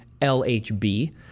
LHB